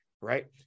right